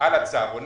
על הצהרונים.